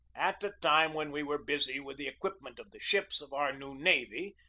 at a time when we were busy with the equipment of the ships of our new navy,